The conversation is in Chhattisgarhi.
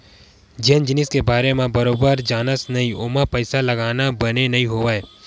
जउन जिनिस के बारे म बरोबर जानस नइ ओमा पइसा लगाना बने नइ होवय